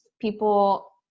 people